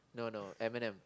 no no Eminem